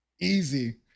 Easy